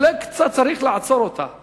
אולי צריך לעצור אותם קצת.